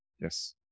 yes